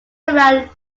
around